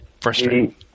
frustrating